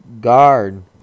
Guard